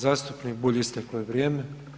Zastupnik Bulj, isteklo je vrijeme.